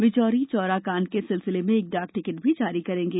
वे चौरी चौरा कांड के सिलसिले में एक डाक टिकट भी जारी करेंगे